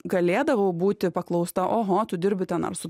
galėdavau būti paklausta oho tu dirbi ten ar su